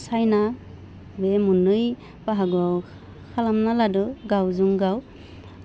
साइना बे मोननै बाहागोआव खालामना लादों गावजों गाव